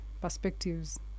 perspectives